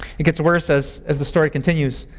it gets worse as as the story continues.